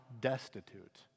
destitute